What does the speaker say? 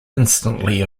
instantly